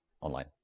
online